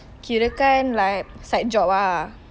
kirakan like side job ah